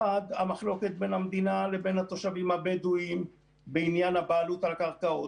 1.המחלוקת בין המדינה לבין התושבים הבדואים בעניין בעלות על קרקעות.